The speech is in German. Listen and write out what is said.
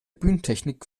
bühnentechnik